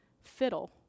fiddle